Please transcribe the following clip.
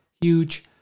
huge